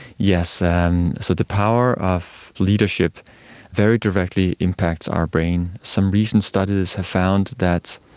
yes, and so the power of leadership very directly impacts our brain. some recent studies have found that,